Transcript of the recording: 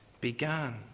began